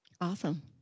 Awesome